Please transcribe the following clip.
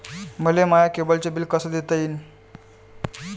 मले माया केबलचं बिल कस देता येईन?